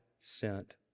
sent